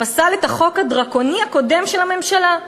פסל את החוק הדרקוני הקודם של הממשלה.